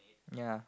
ya